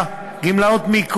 גמלאות אלה: דמי לידה,